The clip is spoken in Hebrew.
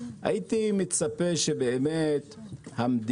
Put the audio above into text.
הייתי מצפה שהמדינה,